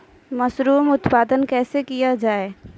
Mushroom उत्पादन कैसे किया जाय?